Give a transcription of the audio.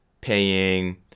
paying